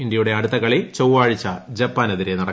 ഇന്ത്യയുടെ അടുത്ത കളി ചൊവ്വുഴ്ച ജപ്പാനെതിരെയാണ്